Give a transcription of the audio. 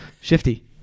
shifty